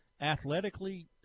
Athletically